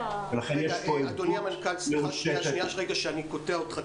אדוני המנכ"ל, סליחה שאני קוטע אותך.